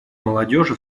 молодежи